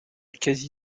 quasi